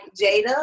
Jada